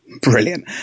Brilliant